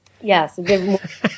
Yes